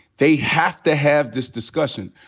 they have to have this discussion.